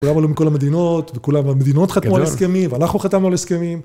כולם עלו מכל המדינות, וכולם, והמדינות חתמו על הסכמים, ואנחנו חתמנו על הסכמים.